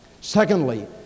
Secondly